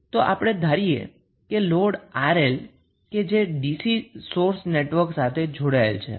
તો ચાલો આપણે એવું ધારીએ કે લોડ 𝑅𝐿 કે જે dc સોર્સ નેટવર્ક સાથે જોડેલ છે